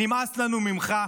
נמאס לנו ממך.